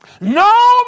No